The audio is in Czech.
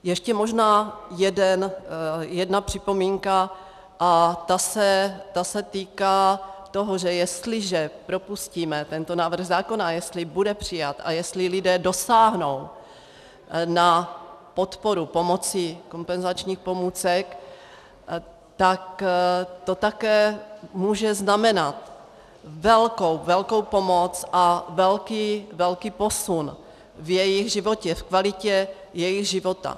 Ještě možná jedna připomínka a ta se týká toho, že jestliže propustíme tento návrh zákona, jestli bude přijat a jestli lidé dosáhnou na podporu pomocí kompenzačních pomůcek, tak to také může znamenat velkou pomoc a velký posun v jejich životě, v kvalitě jejich života.